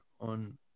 on